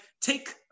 take